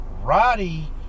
Roddy